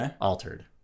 altered